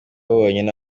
bonyine